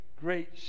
great